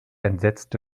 entsetzte